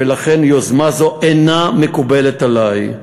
ולכן יוזמה זו אינה מקובלת עלי.